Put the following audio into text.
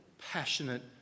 passionate